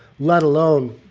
let alone